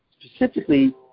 Specifically